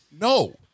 No